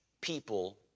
people